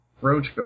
Roach